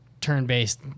turn-based